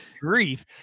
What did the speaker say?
grief